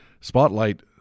spotlight –